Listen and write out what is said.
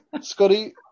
Scotty